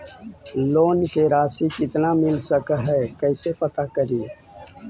Loan के रासि कितना मिल सक है कैसे पता करी?